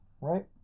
right